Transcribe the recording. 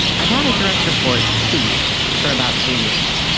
i've had a direct report, steve, for about three years,